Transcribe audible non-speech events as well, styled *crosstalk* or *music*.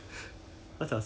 *laughs*